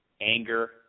anger